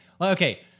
Okay